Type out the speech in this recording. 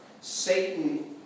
Satan